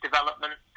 Development